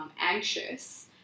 anxious